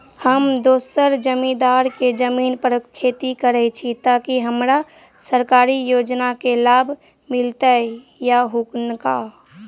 हम दोसर जमींदार केँ जमीन पर खेती करै छी तऽ की हमरा सरकारी योजना केँ लाभ मीलतय या हुनका?